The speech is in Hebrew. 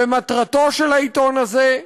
ומטרתו של העיתון הזה,